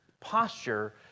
posture